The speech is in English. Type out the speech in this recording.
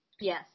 Yes